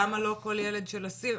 למה לא כל ילד של אסיר?